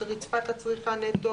רצפת הצריכה נטו,